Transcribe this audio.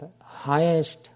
highest